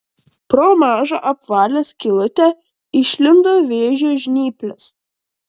pro mažą apvalią skylutę išlindo vėžio žnyplės